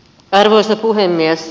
arvoisa puhemies